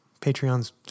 Patreon's